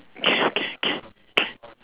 okay okay okay K